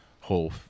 whole